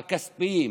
הכספיים,